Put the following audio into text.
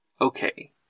okay